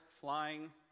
flying